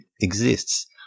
exists